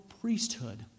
priesthood